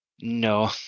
No